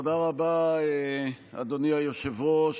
תודה רבה, אדוני היושב-ראש.